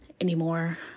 anymore